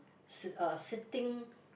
si~ uh sitting